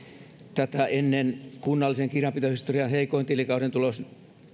tätä ennen kunnallisen kirjanpitohistorian heikoin tilikauden tulos